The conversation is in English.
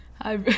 Hi